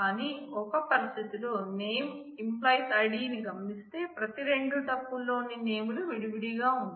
కాని ఒక పరిస్థితిలో name → id ని గమనిస్తే ప్రతి రెండు టపుల్లోని నేములు విడివిడిగా ఉంటాయి